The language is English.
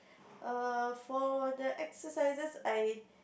err for the exercises I